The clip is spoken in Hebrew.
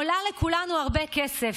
עולה לכולנו הרבה כסף.